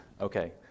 Okay